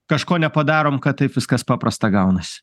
kažko nepadarom kad taip viskas paprasta gaunas